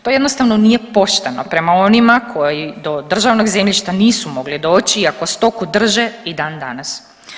To jednostavno nije pošteno prema onima koji do državnog zemljišta nisu mogli doći iako stoku drže i dan danas.